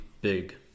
big